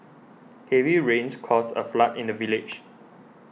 heavy rains caused a flood in the village